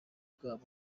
bwabo